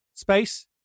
Space